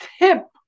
tip